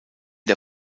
der